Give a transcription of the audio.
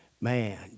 Man